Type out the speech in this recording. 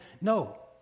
No